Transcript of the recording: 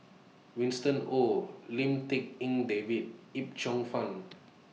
Winston Oh Lim Tik En David Yip Cheong Fun